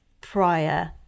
prior